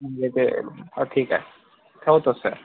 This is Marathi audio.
होते हा ठीक आहे ठेवतो सर